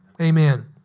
Amen